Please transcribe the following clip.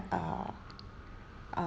uh uh